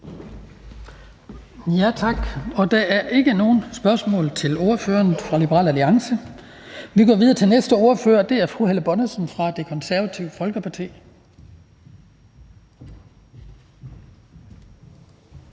Tak. Der er ikke nogen spørgsmål til ordføreren for Liberal Alliance. Vi går videre til næste ordfører, og det er fru Helle Bonnesen fra Det Konservative Folkeparti. Kl.